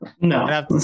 No